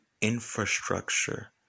infrastructure